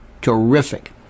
terrific